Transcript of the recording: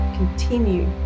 continue